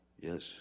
Yes